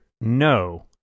no